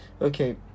Okay